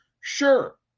sure